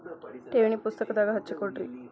ಠೇವಣಿ ಪುಸ್ತಕದಾಗ ಹಚ್ಚಿ ಕೊಡ್ರಿ